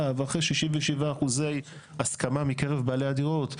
ואחרי 67 אחוזי הסכמה מקרב בעלי הדירות,